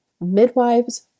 Midwives